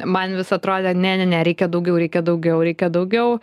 man vis atrodė ne ne ne reikia daugiau reikia daugiau reikia daugiau